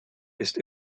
ist